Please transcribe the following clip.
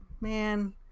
Man